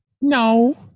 No